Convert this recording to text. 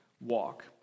walk